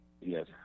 Yes